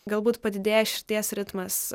galbūt padidėja širdies ritmas